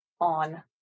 on